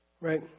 Right